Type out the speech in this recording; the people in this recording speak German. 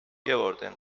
geworden